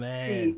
Man